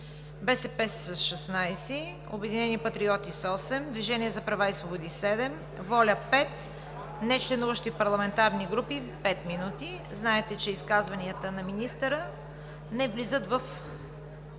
– 16, „Обединени патриоти“ – 8, Движението за права и свободи – 7, „Воля“ – 5, нечленуващи в парламентарни групи – 5. Знаете, че изказванията на министъра не влизат в